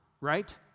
right